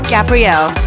Gabrielle